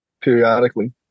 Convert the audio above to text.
periodically